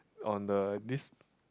on the this